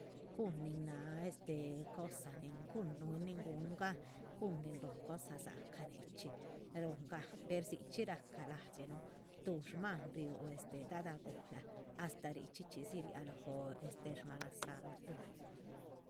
Cuhun nin náh este cosa nin cuhun nin gun gan, cuhun nin rúhu cosa dzaaca, nichi run gan, per dxichi raca ladxinu, tuxhman riu este dadagulara, astáh richxí chxí dzi rah lóhon este. shmana santuh.